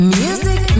music